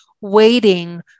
waiting